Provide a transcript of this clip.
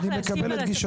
אז אני מקבל את גישתך.